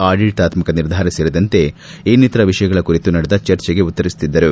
ಆಡಳಿತಾತ್ಮಕ ನಿರ್ಧಾರ ಸೇರಿದಂತೆ ಇನ್ನಿತರ ವಿಷಯಗಳ ಕುರಿತು ನಡೆದ ಚರ್ಜೆಗೆ ಉತ್ತರಿಸುತ್ತಿದ್ದರು